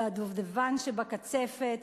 והדובדבן שבקצפת,